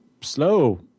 slow